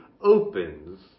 opens